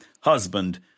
husband